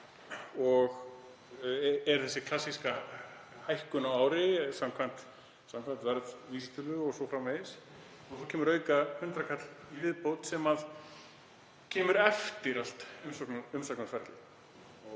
sem er þessi klassíska hækkun á ári samkvæmt verðvísitölu o.s.frv. Hér kemur auka hundraðkall í viðbót sem kemur eftir allt umsagnarferlið.